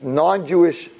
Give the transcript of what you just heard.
non-Jewish